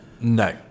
No